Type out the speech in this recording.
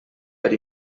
per